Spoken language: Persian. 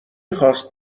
خواست